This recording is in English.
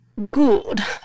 Good